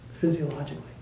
physiologically